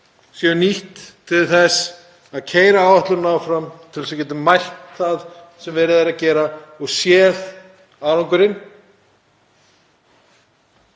séu nýtt til þess að keyra áætlunina áfram til þess að við getum mælt það sem verið er að gera og séð árangurinn,